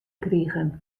krigen